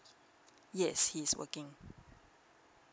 yes he is working